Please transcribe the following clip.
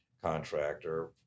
contractor